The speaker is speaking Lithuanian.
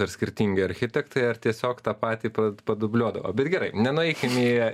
ar skirtingi architektai ar tiesiog tą patį pra padubliuodavo bet gerai nenueikim į